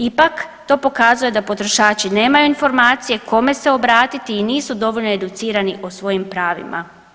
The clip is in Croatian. Ipak to pokazuje da potrošači nemaju informacije kome se obratiti i nisu dovoljno educirani o svojim pravima.